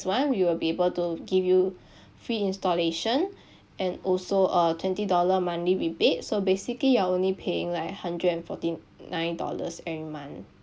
one we will be able to give you free installation and also a twenty dollar monthly rebate so basically you are only paying like hundred and forty nine dollars every month